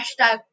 hashtag